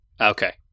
Okay